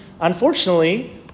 unfortunately